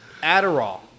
Adderall